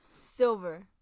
Silver